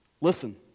Listen